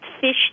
fish